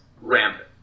rampant